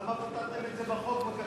אז למה, את זה בחוק בקדנציה שלכם?